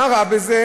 מה רע בזה?